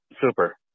Super